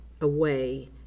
away